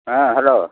ହଁ ହ୍ୟାଲୋ